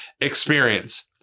experience